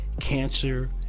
cancer